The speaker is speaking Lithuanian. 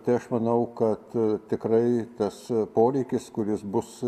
tai aš manau kad tikrai tas poreikis kuris bus